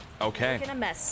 Okay